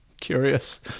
Curious